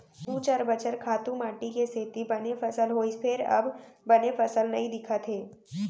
दू चार बछर खातू माटी के सेती बने फसल होइस फेर अब बने फसल नइ दिखत हे